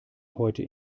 heute